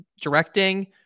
directing